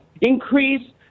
increase